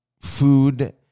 food